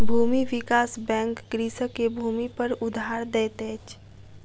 भूमि विकास बैंक कृषक के भूमिपर उधार दैत अछि